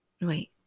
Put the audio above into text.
Wait